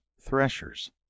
threshers